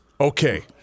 Okay